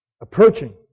approaching